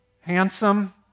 handsome